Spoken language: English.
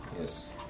Yes